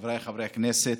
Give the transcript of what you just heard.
חבריי חברי הכנסת,